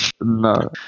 No